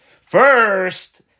first